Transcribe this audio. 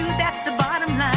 that's the bottom ah